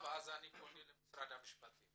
ואז נפנה למשרד המשפטים.